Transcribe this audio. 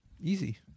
Easy